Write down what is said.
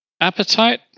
appetite